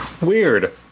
Weird